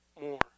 more